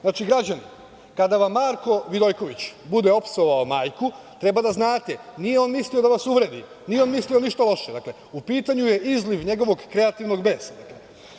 Znači, građani, kada vam Marko Vidojković bude opsovao majku, treba da znate, nije on mislio da vas uvredi, nije on mislio ništa loše, U pitanju je izliv njegovog kreativnog besa.